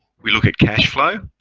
we look at cashflow,